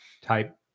type